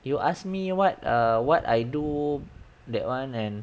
you ask me what err what I do that one and